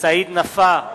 סעיד נפאע,